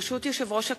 ברשות יושב-ראש הכנסת,